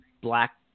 black